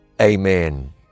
amen